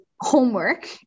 homework